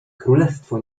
królestwo